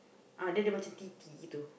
ah dia ada macam T_T gitu